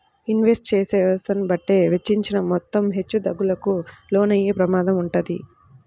invest చేసే వ్యవస్థను బట్టే వెచ్చించిన మొత్తం హెచ్చుతగ్గులకు లోనయ్యే ప్రమాదం వుంటది